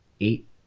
eight